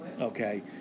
Okay